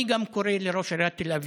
אני גם קורא לראש עיריית תל אביב,